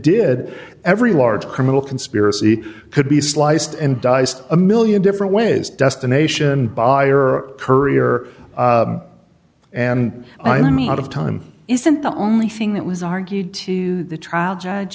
did every large criminal conspiracy could be sliced and diced a one million different ways destination buyer courier and i mean out of time isn't the only thing that was argued to the trial judge